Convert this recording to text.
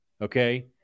Okay